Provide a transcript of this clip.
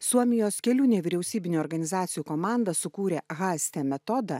suomijos kelių nevyriausybinių organizacijų komanda sukūrė haste metodą